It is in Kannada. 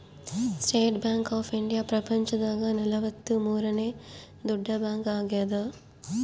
ಸ್ಟೇಟ್ ಬ್ಯಾಂಕ್ ಆಫ್ ಇಂಡಿಯಾ ಪ್ರಪಂಚ ದಾಗ ನಲವತ್ತ ಮೂರನೆ ದೊಡ್ಡ ಬ್ಯಾಂಕ್ ಆಗ್ಯಾದ